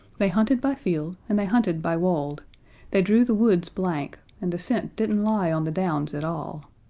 they hunted by field, and they hunted by wold they drew the woods blank, and the scent didn't lie on the downs at all.